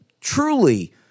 truly